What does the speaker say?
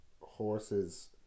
horses